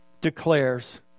declares